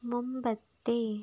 മുമ്പത്തെ